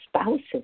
spouses